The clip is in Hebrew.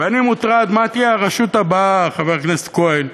ואני מוטרד מה תהיה הרשות הבאה, חבר הכנסת כהן,